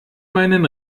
meinen